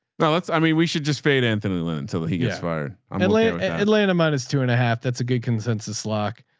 well, that's, i mean, we should just fade anthony lynn until he gets fired um at atlanta minus two and a half. that's a good consensus lock